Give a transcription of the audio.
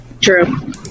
true